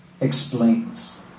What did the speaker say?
explains